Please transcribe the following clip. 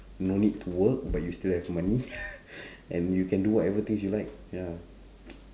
no need to work but you still have money and you can do whatever things you like ya